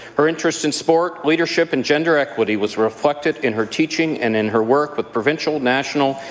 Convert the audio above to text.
her interest in sport, leadership, and gender equity was reflected in her teaching and in her work but provincial, national,